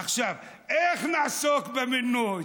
עכשיו, איך נעסוק במינוי?